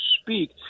speak